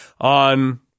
on